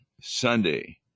Sunday